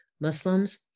Muslims